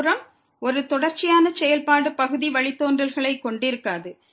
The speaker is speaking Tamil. மறுபுறம் ஒரு தொடர்ச்சியான செயல்பாடு பகுதி வழித்தோன்றல்களைக் கொண்டிருக்காது